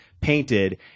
painted